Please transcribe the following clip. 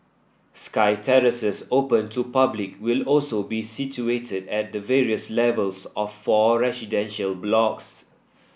sky terraces open to public will also be situated at the various levels of four residential blocks